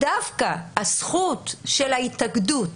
ודווקא הזכות של ההתאגדות,